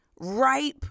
ripe